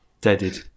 Deaded